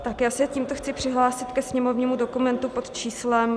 Já se tímto chci přihlásit ke sněmovnímu dokumentu pod číslem 2919.